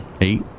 Eight